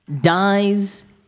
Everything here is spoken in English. Dies